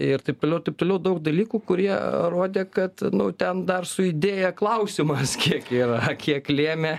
ir taip toliau ir taip toliau daug dalykų kurie rodė kad nu ten dar su idėja klausimas kiek yra kiek lėmė